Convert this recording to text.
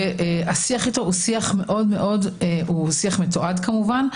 והשיח איתו הוא שיח מתועד כמובן,